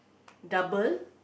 double